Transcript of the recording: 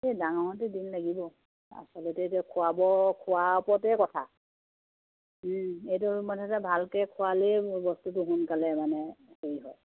সেই ডাঙৰ হওঁতে দিন লাগিব আচলতে এতিয়া খোৱা বোৱা খোৱা ওপৰতে কথা এইটো মুঠতে ভালকে খোৱালে বস্তুটো সোনকালে মানে হেৰি হয়